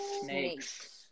snakes